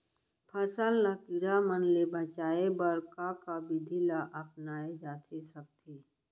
फसल ल कीड़ा मन ले बचाये बर का का विधि ल अपनाये जाथे सकथे?